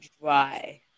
dry